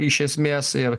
iš esmės ir